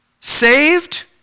saved